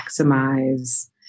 maximize